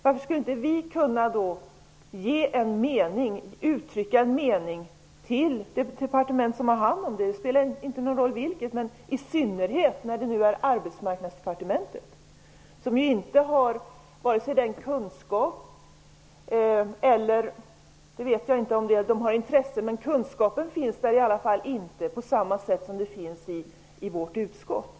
Varför skulle inte vi kunna uttrycka en mening till det departementet som har hand om ärendet. Det spelar inte någon roll till vilket, men i synnerhet Arbetsmarknadsdepartementet har inte kunskap -- om de har intresse vet jag inte -- på samma sätt som vi har i vårt utskott.